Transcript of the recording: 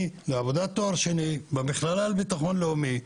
אני לעבודת תואר שני בביטחון לאומי במכללה לביטחון לאומי,